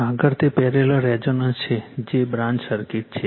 આગળ તે parallel resonance છે જે બે બ્રાન્ચ સર્કિટ છે